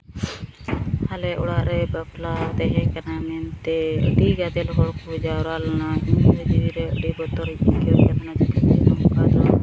ᱟᱞᱮ ᱚᱲᱟᱜ ᱨᱮ ᱵᱟᱯᱞᱟ ᱛᱟᱦᱮᱸ ᱠᱟᱱᱟ ᱢᱮᱱᱛᱮ ᱟᱹᱰᱤ ᱜᱟᱫᱮᱞ ᱦᱚᱲ ᱠᱚ ᱡᱟᱣᱨᱟ ᱞᱮᱱᱟ ᱟᱹᱰᱤ ᱵᱚᱛᱚᱨᱤᱧ ᱟᱹᱭᱠᱟᱹᱣ ᱮᱫ ᱛᱟᱦᱮᱱᱟ ᱪᱤᱠᱟᱹᱛᱮ ᱱᱚᱝᱠᱟ